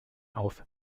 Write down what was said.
auf